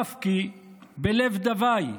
אף כי בלב דווי,